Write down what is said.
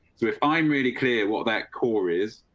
so if i'm really clear what that core is,